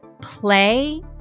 play